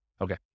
Okay